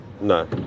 no